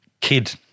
kid